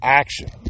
action